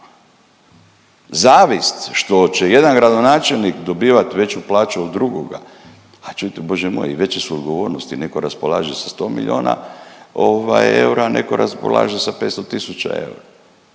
Zavist što će jedan gradonačelnik dobivati veću plaću od drugoga, a čujte, Bože moj i veće su odgovornosti, netko raspolaže sa 100 milijuna, ovaj eura, a netko raspolaže sa 500 tisuća eura.